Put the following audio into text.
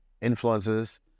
influences